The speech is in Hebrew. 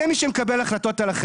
זה מי שמקבל החלטות על החיים שלנו.